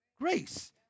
Grace